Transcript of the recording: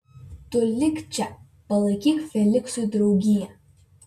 tu lik čia palaikyk feliksui draugiją